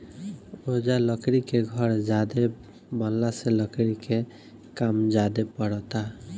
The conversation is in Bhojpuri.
ओजा लकड़ी के घर ज्यादे बनला से लकड़ी के काम ज्यादे परता